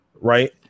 right